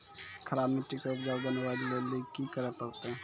खराब मिट्टी के उपजाऊ बनावे लेली की करे परतै?